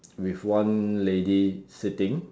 with one lady sitting